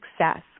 success